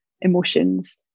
emotions